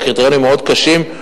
והקריטריונים מאוד קשים,